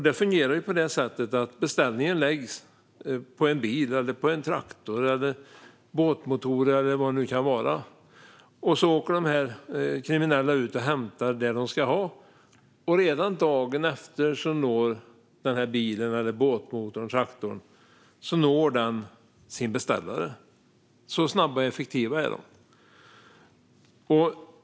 Det fungerar på det sättet att beställning läggs på en bil, en traktor, båtmotorer eller vad det nu kan vara, och så åker de kriminella och hämtar det de ska ha. Redan dagen efter når bilen, båtmotorn eller traktorn sin beställare. Så snabba och effektiva är de.